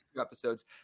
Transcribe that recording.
episodes